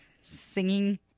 singing